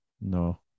no